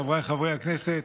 חבריי חברי הכנסת,